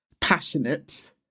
passionate